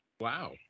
Wow